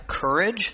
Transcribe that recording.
courage